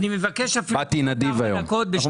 אדוני היושב ראש, ביקשת